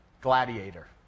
Gladiator